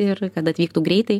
ir kad atvyktų greitai